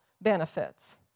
benefits